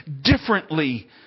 differently